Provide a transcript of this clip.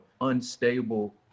unstable